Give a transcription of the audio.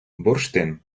бурштин